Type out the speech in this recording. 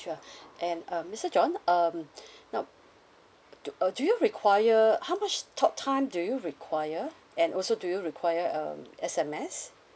sure and um mister john um now do uh do you require how much talk time do you require and also do you require um S_M_S